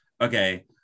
Okay